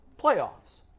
playoffs